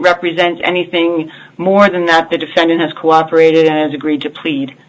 represents anything more than that the defendant has cooperated has agreed to plead